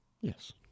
Yes